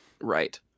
right